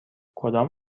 کدام